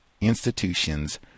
institutions